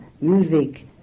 music